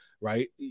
right